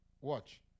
Watch